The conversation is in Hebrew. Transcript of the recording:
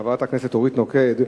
חברת הכנסת אורית נוקד.